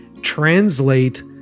translate